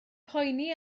poeni